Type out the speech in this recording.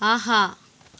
ஆஹா